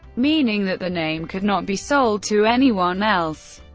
meaning that the name could not be sold to anyone else.